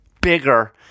bigger